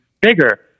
bigger